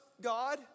God